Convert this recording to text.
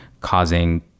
causing